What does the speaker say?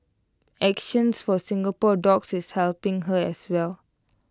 action for Singapore dogs is helping her as well